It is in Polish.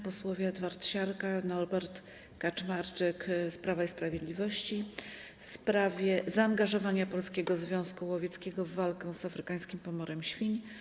Posłowie Edward Siarka i Norbert Kaczmarczyk z Prawa i Sprawiedliwości w sprawie zaangażowania Polskiego Związku Łowieckiego w walkę z afrykańskim pomorem świń.